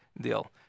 deal